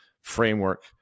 framework